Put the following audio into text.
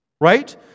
right